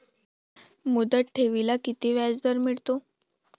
मुदत ठेवीला किती व्याजदर मिळतो?